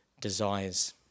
desires